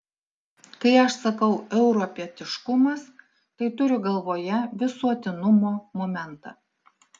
kai aš sakau europietiškumas tai turiu galvoje visuotinumo momentą